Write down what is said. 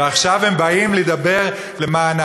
ועכשיו הם באים לדבר למענם?